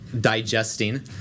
digesting